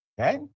Okay